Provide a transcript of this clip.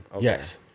Yes